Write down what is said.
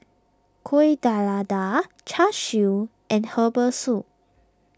Kuih Char Siu and Herbal Soup